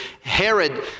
Herod